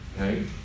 Okay